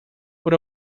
por